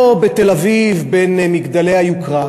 או בתל-אביב, במגדלי היוקרה,